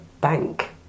bank